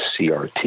crt